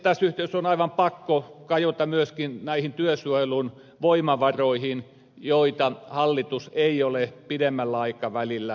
tässä yhteydessä on aivan pakko kajota myöskin näihin työsuojelun voimavaroihin joita hallitus ei ole pidemmällä aikavälillä turvaamassa